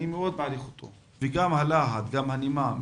אני מאוד מעריך אותו, וגם הלהט, גם הנימה.